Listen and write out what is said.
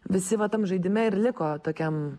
visi va tam žaidime ir liko tokiam